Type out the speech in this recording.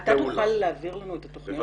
אתה תוכל להעביר לנו את התוכנית?